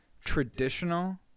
Traditional